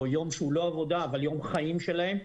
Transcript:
או יום שהוא לא עבודה אבל יום חיים שלהם,